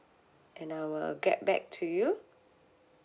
and I will get back to you